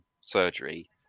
surgery